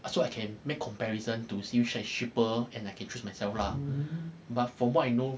so I can make comparison to see which one is cheaper and I can choose myself lah but from what I know